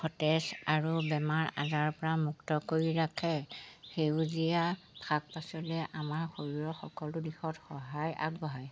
সতেজ আৰু বেমাৰ আজাৰৰপৰা মুক্ত কৰি ৰাখে সেউজীয়া শাক পাচলি আমাৰ শৰীৰৰ সকলো দিশত সহায় আগবঢ়ায়